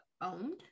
owned